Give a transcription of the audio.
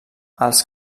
els